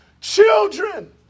children